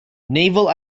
naval